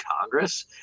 Congress